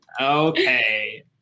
Okay